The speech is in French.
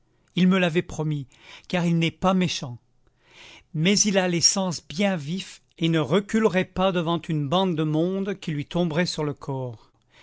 il me l'avait promis car il n'est pas méchant mais il a les sens bien vifs et ne reculerait pas devant une bande de monde qui lui tomberait sur le corps